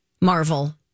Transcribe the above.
Marvel